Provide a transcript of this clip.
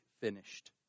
finished